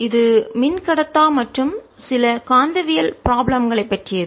இது மின்கடத்தா மற்றும் சில காந்தவியல் ப்ராப்ளம் களைப் பற்றியது